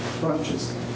branches